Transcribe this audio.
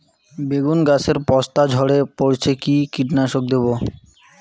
বেগুন গাছের পস্তা ঝরে পড়ছে কি কীটনাশক দেব?